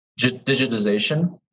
digitization